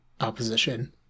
opposition